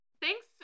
Thanks